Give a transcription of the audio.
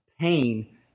Pain